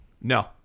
No